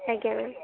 ଆଜ୍ଞା ମ୍ୟାମ୍